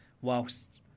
whilst